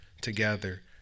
together